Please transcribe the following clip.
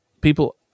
people